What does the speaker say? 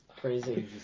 crazy